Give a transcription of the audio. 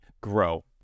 grow